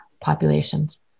populations